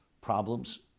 problems